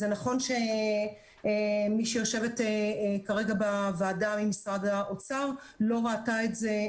זה נכון שמי שיושבת כרגע בוועדה ממשרד האוצר לא ראתה את זה,